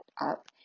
up